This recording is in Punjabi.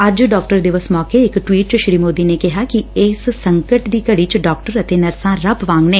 ਅੱਜ ਡਾਕਟਰ ਦਿਵਸ ਮੌਕੇ ਇਕ ਟਵੀਟ ਵਿਚ ਸ੍ਰੀ ਮੋਦੀ ਨੇ ਕਿਹਾ ਕਿ ਇਸ ਸੰਕਟ ਦੀ ਘੜੀ ਚ ਡਾਕਟਰ ਅਤੇ ਨਰਸਾਂ ਰੱਬ ਵਾਂਗ ਨੇ